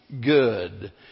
Good